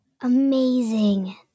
Amazing